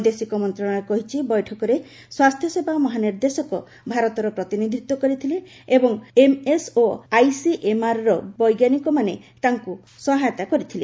ବୈଦେଶିକ ମନ୍ତ୍ରଣାଳୟ କହିଛି ବୈଠକରେ ସ୍ୱାସ୍ଥ୍ୟସେବା ମହାନିର୍ଦ୍ଦେଶକ ଭାରତର ପ୍ରତିନିଧିତ୍ୱ କରିଥିଲେ ଏବଂ ଏମ୍ସ୍ ଓ ଆଇସିଏମ୍ଆର୍ର ବିଶେଷଜ୍ଞମାନେ ତାଙ୍କୁ ସହାୟତା କରିଥିଲେ